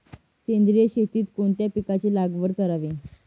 सेंद्रिय शेतीत कोणत्या पिकाची लागवड करावी?